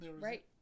right